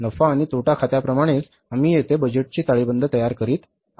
नफा आणि तोटा खात्याप्रमाणेच आम्ही येथे बजेटची ताळेबंद तयार करत आहोत